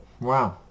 Wow